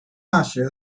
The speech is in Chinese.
大学